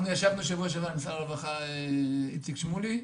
ישבנו בשבוע שעבר עם שר הרווחה איציק שמולי,